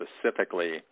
specifically